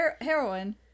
Heroin